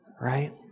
right